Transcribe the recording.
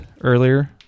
earlier